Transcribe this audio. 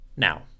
Now